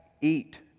eat